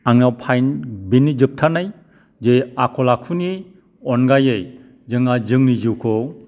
आंनाव बिनि जोबथानाय जे आखल आखुनि अनगायै जोंहा जोंनि जिउखौ